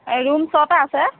room ছটা আছে